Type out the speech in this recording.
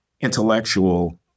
intellectual